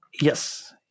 Yes